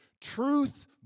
Truth